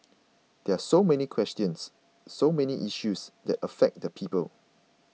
there are so many questions so many issues that affect the people